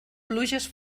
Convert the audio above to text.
pluges